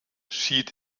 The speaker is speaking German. schied